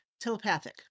telepathic